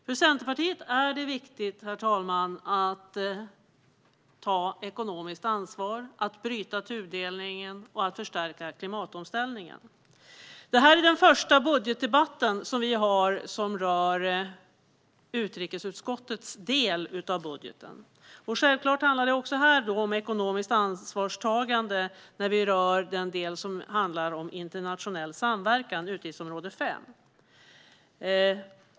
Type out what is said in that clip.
För Centerpartiet är det viktigt, herr talman, att ta ekonomiskt ansvar, att bryta tudelningen och att förstärka klimatomställningen. Det här är den första budgetdebatten som vi har som rör utrikesutskottets del av budgeten. Självklart handlar det också här om ekonomiskt ansvarstagande rörande den del som handlar om internationell samverkan, utgiftsområde 5.